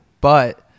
But-